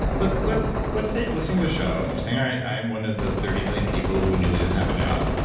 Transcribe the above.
but let's let's say you're listening to the show and you're saying, all right. i am one of the thirty million people who nearly doesn't have a job.